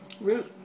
root